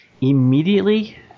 Immediately